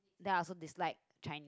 then I also dislike Chinese